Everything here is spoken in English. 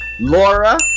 Laura